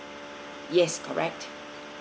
yes correct